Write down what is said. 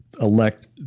elect